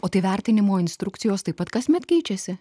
o tai vertinimo instrukcijos taip pat kasmet keičiasi